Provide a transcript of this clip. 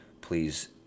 please